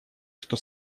что